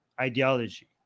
ideology